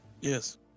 yes